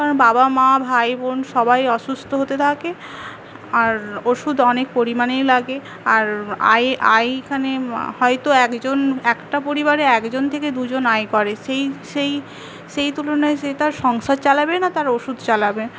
আর বাবা মা ভাই বোন সবাই অসুস্থ হতে থাকে আর ওষুধ অনেক পরিমানে লাগে আর আয় আয় এখানে হয়তো একজন একটা পরিবারে একজন থেকে দুজন আয় করে সেই সেই সেই তুলনায় সে তার সংসার চালাবে না তার ওষুধ চালাবে